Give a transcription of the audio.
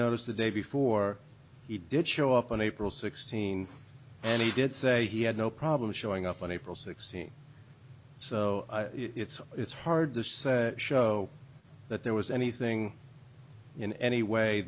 notice the day before he did show up on april sixteenth and he did say he had no problem showing up on april sixteenth so it's it's hard to say show that there was anything in any way